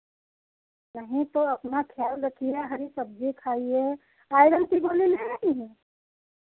नहीं तो अपना ख्याल रखिए हरी सब्ज़ी खाइए आयरन की गोली ले रही हैं